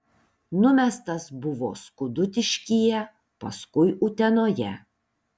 numestas buvo skudutiškyje paskui utenoje